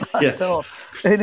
yes